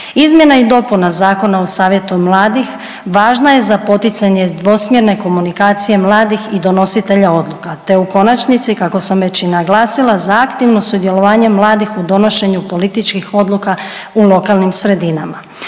Izmjene i dopuna Zakona o savjetu mladih važna je za poticanje dvosmjerne komunikacije mladih i donositelja odluka te u konačnici, kako sam već i naglasila, za aktivno sudjelovanje mladih u donošenju političkih odluka u lokalnim sredinama.